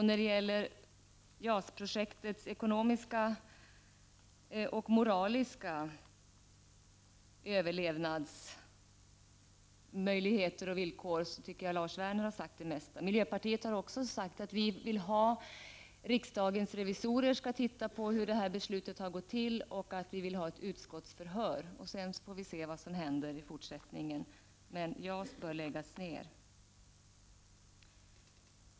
När det gäller JAS projektets ekonomiska och moraliska överlevnadsmöjligheter och villkor har Lars Werner redan sagt det mesta. Miljöpartiet har också uttalat att vi vill att riksdagens revisorer skall se över hur beslutet har gått till och att vi vill ha ett utskottsförhör. Sedan får vi se vad som händer i fortsättningen, men JAS bör läggas ned.